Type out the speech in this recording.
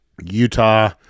Utah